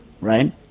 Right